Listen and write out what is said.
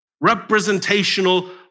Representational